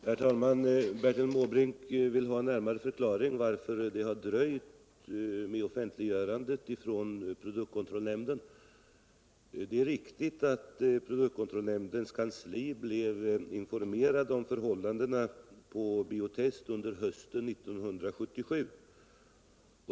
Herr talman! Bertil Måbrink vill ha en närmare förklaring till att det har dröjt med offentliggörandet från produktkontrollnämnden. Det är riktigt att produktkontrollnämndens kansli blev informerat om förhållandena på Bio Test under hösten 1977.